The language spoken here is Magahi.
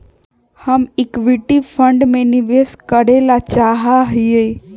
हम इक्विटी फंड में निवेश करे ला चाहा हीयी